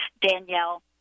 Danielle